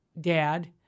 dad